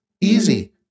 Easy